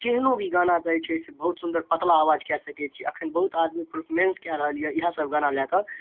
केहनो भी गानाके जे छै से बहुत सुन्दर पतला आवाज कए सकै छियै अखैन बहुत आदमी परफॉर्मेंस कए रहल यऽ इएह सब गाना लए कऽ